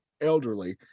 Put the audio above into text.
elderly